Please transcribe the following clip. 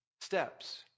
steps